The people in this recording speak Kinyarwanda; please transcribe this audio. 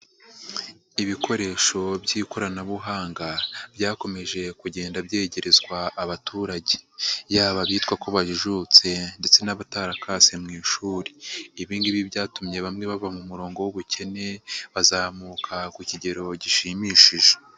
Ibikoresho by'ikoranabuhanga byakomeje kugenda byegerezwa abaturage, yaba abitwa ko bajijutse ndetse n'abatarakase mu ishuri, ibi ngibi byatumye bamwe bava mu murongo w'ubukene bazamuka ku kigero gishimishije.